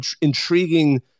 intriguing